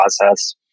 process